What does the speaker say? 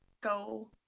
go